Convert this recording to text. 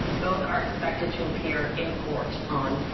both are expected to appear in court on.